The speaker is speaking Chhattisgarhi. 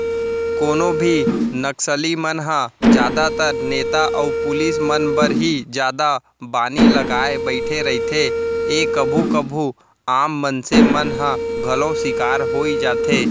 कोनो भी नक्सली मन ह जादातर नेता अउ पुलिस मन बर ही जादा बानी लगाय बइठे रहिथे ए कभू कभू आम मनसे मन ह घलौ सिकार होई जाथे